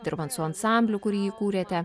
dirbant su ansambliu kurį įkūrėte